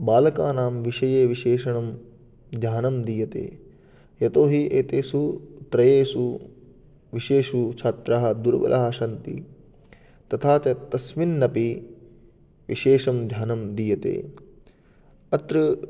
बालकानां विषये विशेषेण ध्यानं दीयते यतोहि एतेषु त्रयेषु विषयेषु छात्राः दुर्बलाः सन्ति तथा च तस्मिन्नपि विशेषं ध्यानं दीयते अत्र